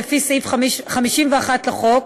לפי סעיף 51 לחוק,